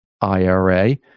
IRA